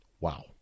Wow